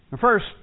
First